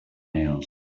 nails